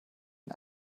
den